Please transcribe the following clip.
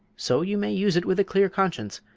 so you may use it with a clear conscience,